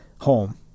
home